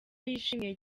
yishimye